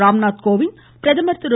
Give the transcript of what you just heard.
ராம்நாத் கோவிந்த் பிரதமர் திரு